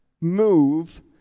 move